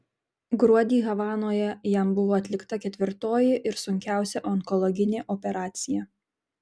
gruodį havanoje jam buvo atlikta ketvirtoji ir sunkiausia onkologinė operacija